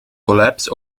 collapse